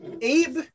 Abe